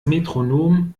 metronom